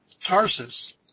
Tarsus